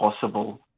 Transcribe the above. possible